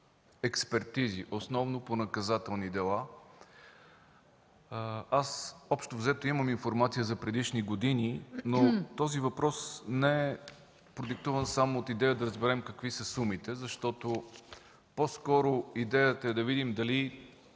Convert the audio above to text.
експертизи – основно по наказателни дела. Общо взето имам информация за предишни години, но този въпрос не е продиктуван само от идеята да разберем какви са сумите. По-скоро идеята е да видим дали